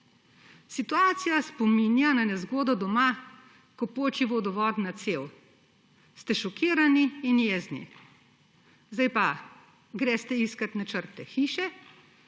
Situacija spominja na nezgodo doma, ko poči vodovodna cev. Ste šokirani in jezni. Zdaj pa greste iskat načrte hiše,